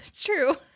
True